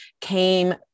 came